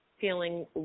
feeling